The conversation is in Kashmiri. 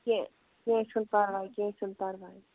کیٚنٛہہ کیٚنٛہہ چھُنہٕ پَرواے کیٚنٛہہ چھُنہٕ پَرواے